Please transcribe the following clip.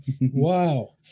Wow